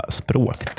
språk